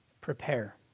prepare